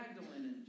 Magdalene